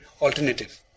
alternative